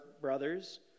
brothers